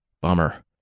Bummer